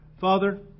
Father